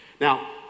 Now